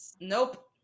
Nope